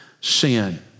sin